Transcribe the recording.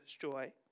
joy